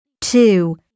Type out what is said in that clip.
two